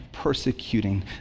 persecuting